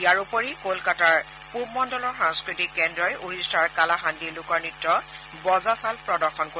ইয়াৰ উপৰি কলকাতাৰ পূব মণ্ডলৰ সাস্বতিক কেন্দ্ৰই ওড়িশাৰ কালাহান্দীৰ লোকন্ত্য বজাচাল প্ৰদৰ্শন কৰিব